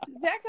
Zach